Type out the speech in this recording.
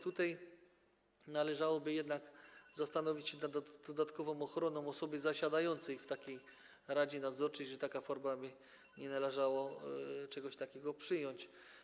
Tutaj należałoby jednak zastanowić się nad dodatkową ochroną osoby zasiadającej w radzie nadzorczej, że taka forma... czy nie należało czegoś takiego przyjąć.